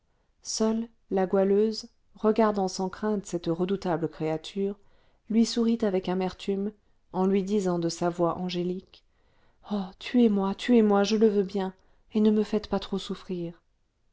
seule la goualeuse regardant sans crainte cette redoutable créature lui sourit avec amertume en lui disant de sa voix angélique oh tuez-moi tuez-moi je le veux bien et ne me faites pas trop souffrir